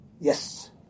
Yes